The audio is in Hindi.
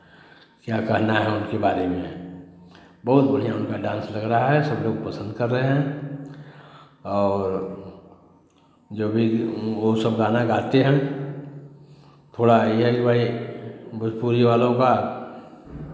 क्या कहना है उनके बारे में बहुत बढ़ियाँ उनका डांस लग रहा है सब लोग पसंद कर रहे हैं और जो भी वो सब गाना गाते हैं थोड़ा ये जो भाई भोजपुरी वालों का